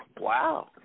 Wow